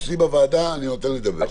אצלי בוועדה אני נותן לדבר.